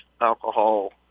alcohol